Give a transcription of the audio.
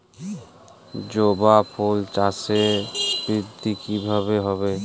জবা ফুল চাষে বৃদ্ধি কিভাবে হবে?